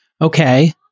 Okay